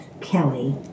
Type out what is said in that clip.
Kelly